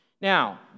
Now